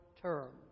term